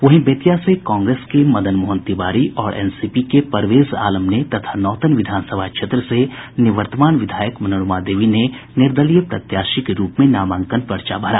वहीं बेतिया से कांग्रेस के मदन मोहन तिवारी और एनसीपी के परवेज आलम ने तथा नौतन विधानसभा क्षेत्र से निवर्तमान विधायक मनोरमा देवी ने निर्दलीय प्रत्याशी के रूप में नामांकन पर्चा भरा